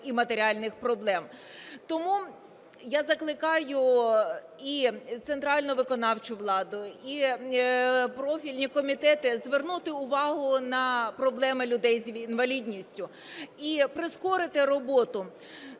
і матеріальних проблем. Тому я закликаю і центральну виконавчу владу, і профільні комітети звернути увагу на проблеми людей з інвалідністю і прискорити роботу.